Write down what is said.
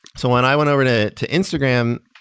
so when i went over to to instagram,